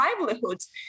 livelihoods